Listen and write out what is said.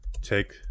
take